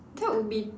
that would be